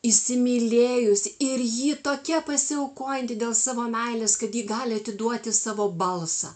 įsimylėjusi ir ji tokia pasiaukojanti dėl savo meilės kad ji gali atiduoti savo balsą